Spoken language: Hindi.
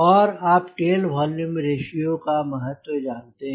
और आप टेल वोल्यूम रेश्यो का महत्व जानते हैं